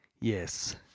Yes